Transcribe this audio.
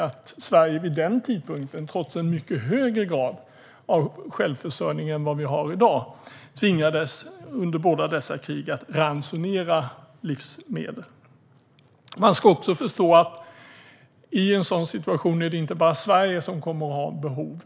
Trots en mycket högre grad av självförsörjning än vad vi har i dag tvingades Sverige under båda dessa krig att ransonera livsmedel. För det andra är det i en sådan situation inte bara Sverige som kommer att ha behov.